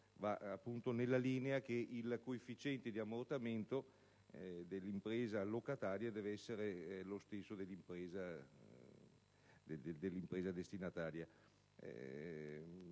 direzione secondo cui il coefficiente di ammortamento dell'impresa allocataria deve essere lo stesso dell'impresa destinataria.